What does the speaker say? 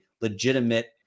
legitimate